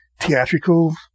theatrical